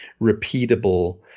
repeatable